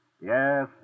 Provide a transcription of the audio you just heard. Yes